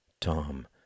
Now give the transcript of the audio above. Tom